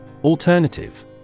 Alternative